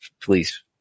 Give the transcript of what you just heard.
please